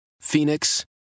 Phoenix